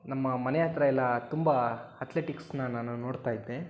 ನಮ್ಮ ಮನೆ ಹತ್ರ ಎಲ್ಲ ತುಂಬ ಅತ್ಲೆಟಿಕ್ಸನ್ನ ನಾನು ನೋಡ್ತಾ ಇದ್ದೆ